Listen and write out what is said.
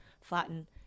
flatten